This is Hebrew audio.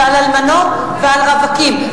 על אלמנות ועל רווקים.